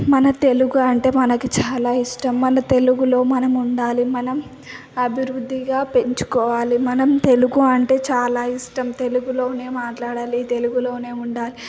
మన తెలుగు అంటే మనకి చాలా ఇష్టం మన తెలుగులో మనం ఉండాలి మనం అభివృద్ధిగా పెంచుకోవాలి మనం తెలుగు అంటే చాలా ఇష్టం తెలుగులోనే మాట్లాడాలి తెలుగులోనే ఉండాలి